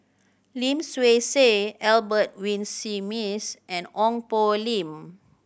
Lim Swee Say Albert Winsemius and Ong Poh Lim